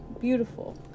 Beautiful